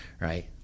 right